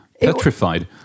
petrified